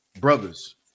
brothers